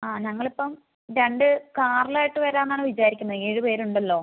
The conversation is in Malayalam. അതെ ഞങ്ങളിപ്പോൾ രണ്ട് കാറിലായിട്ട് വരാന്നാണ് വിചാരിക്കുന്നത് ഏഴ് പേരുണ്ടല്ലൊ